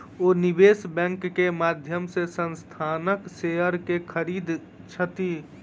ओ निवेश बैंक के माध्यम से संस्थानक शेयर के खरीदै छथि